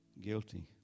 guilty